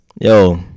Yo